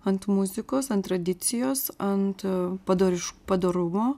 ant muzikos ant tradicijos ant padoriš padorumo